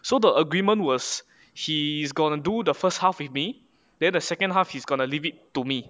so the agreement was he's gonna do the first half with me then the second half he's gonna leave it to me